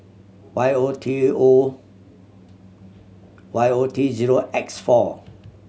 Y O T O Y O T zero X four